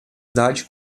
idade